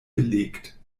belegt